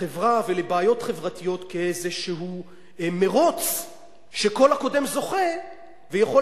לחברה ולבעיות חברתיות כאיזה מירוץ שכל הקודם זוכה ויכול